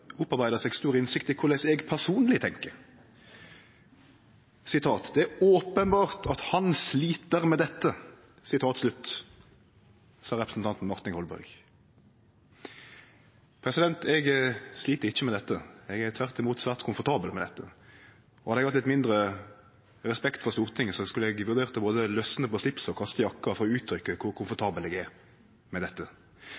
opparbeidd seg stor innsikt i korleis eg personleg tenkjer: «Det er helt åpenbart at han sliter veldig med dette», sa representanten Martin Kolberg. Eg slit ikkje med dette. Eg er tvert imot svært komfortabel med dette. Hadde eg hatt mindre respekt for Stortinget, skulle eg vurdert å både løyse på slipset og kaste jakka for å uttrykkje kor